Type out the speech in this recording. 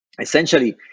essentially